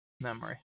memory